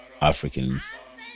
Africans